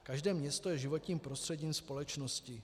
Každé město je životním prostředím společnosti.